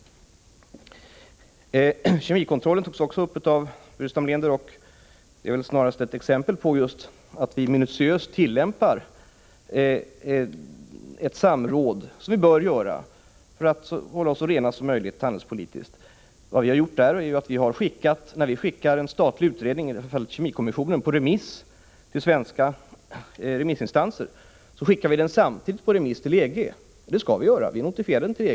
Kemikontrollen togs också upp av Burenstam Linder. Den är väl snarast ett exempel på att vi minutiöst tillämpar ett samråd, något som vi bör göra för att hålla oss så rena som möjligt handelspolitiskt. Vad vi gjort är att när vi skickat en statlig utredning, kemikommissionens, på remiss till svenska remissinstanser så har vi samtidigt skickat den på remiss till EG. Det skall vi göra. Vi notificerar den till EG.